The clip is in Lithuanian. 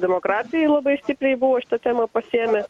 demokratiai labai stipriai buvo šitą temą pasiėmę